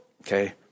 Okay